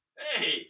hey